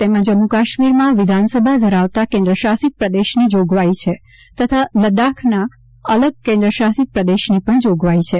તેમાં જમ્મુકાશ્મીરમાં વિધાનસભા ધરાવતા કેન્દ્રશાસિત પ્રદેશની જોગવાઇ છે તથા લદ્દાખના અલગ કેન્દ્રશાસિત પ્રદેશની પણ જોગવાઇ છે